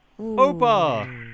Opa